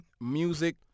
music